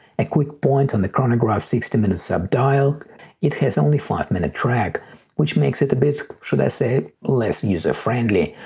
a quick point on the chronograph sixty minute sub-dial it has only five minute track which makes it a bit should i say less user friendly.